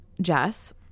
Jess